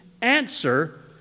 answer